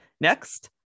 Next